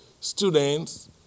students